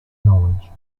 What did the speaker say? knowledge